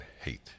hate